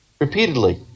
repeatedly